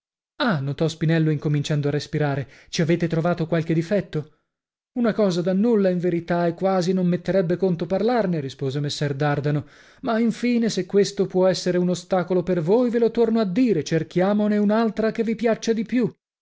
ah notò spinello incominciando a respirare ci avete trovato qualche difetto una cosa da nulla in verità e quasi non metterebbe conto parlarne rispose messer dardano ma infine se questo può essere un ostacolo per voi ve lo torno a dire cerchiamone un'altra che vi piaccia di più